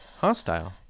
hostile